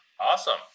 Awesome